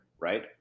right